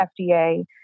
FDA